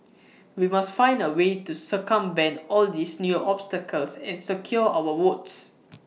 we must find A way to circumvent all these new obstacles and secure our votes